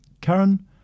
Karen